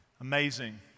Amazing